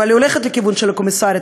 אבל היא הולכת לכיוון של הקומיסרית,